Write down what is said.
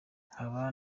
nkaba